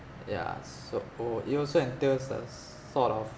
yeah so uh it also entails s~ sort of